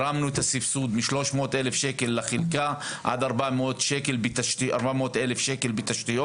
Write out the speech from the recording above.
הרמנו את הסבסוד מ-300,000 שקל לחלקה עד 400,000 בתשתיות.